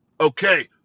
Okay